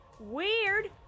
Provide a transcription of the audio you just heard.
weird